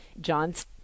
John's